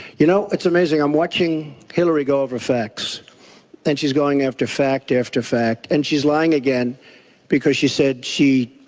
you know, it's amazing. i'm watching hillary go over facts and she is going after fact after fact and she's lying again because she said she,